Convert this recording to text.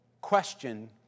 question